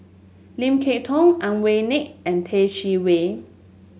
Lim Kay Tong Ang Wei Neng and Yeh Chi Wei